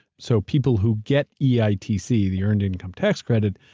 so people who get yeah eitc, the earned income tax credit,